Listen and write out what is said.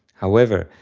however,